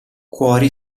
cuori